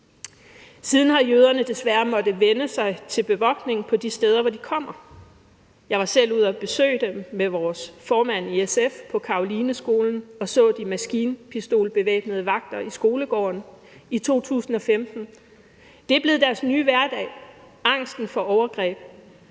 Siden har jøderne desværre måttet vænne sig til bevogtning på de steder, hvor de kommer. Jeg var selv ude at besøge dem med vores formand i SF på Carolineskolen og så de maskinpistolbevæbnede vagter i skolegården i 2015. Det er blevet deres nye hverdag – angsten for overgreb.